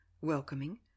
welcoming